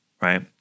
right